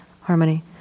harmony